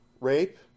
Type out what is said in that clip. rape